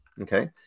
Okay